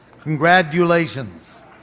Congratulations